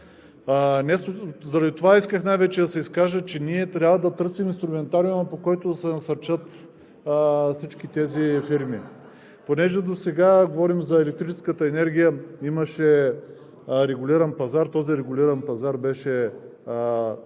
Заради това исках най-вече да се изкажа, че ние трябва да търсим инструментариума, по който да се насърчат всички тези фирми. Понеже досега говорим за електрическата енергия – имаше регулиран пазар, този регулиран пазар беше